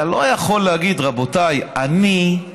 אתה לא יכול להגיד: רבותיי, אני,